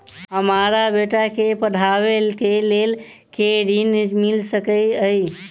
हमरा बेटा केँ पढ़ाबै केँ लेल केँ ऋण मिल सकैत अई?